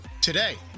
Today